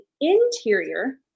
interior